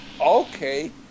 okay